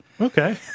Okay